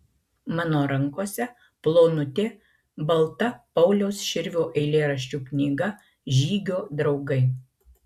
mano rankose plonutė balta pauliaus širvio eilėraščių knyga žygio draugai